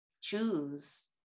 choose